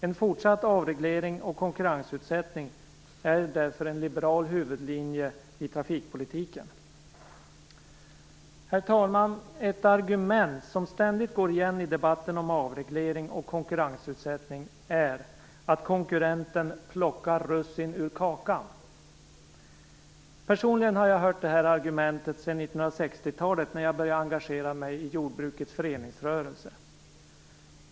En fortsatt avreglering och konkurrensutsättning är därför en liberal huvudlinje i trafikpolitiken. Herr talman! Ett argument som ständigt går igen i debatten om avreglering och kunkurrensutsättning är att konkurrenten "plockar russinen ur kakan". Personligen har jag hört det sedan 1960-talet, när jag började engagera mig i jordbrukets föreningsrörelse.